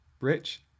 Rich